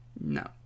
no